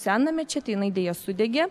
seną mečetę jinai deja sudegė